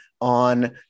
on